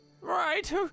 right